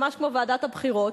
ממש כמו ועדת הבחירות,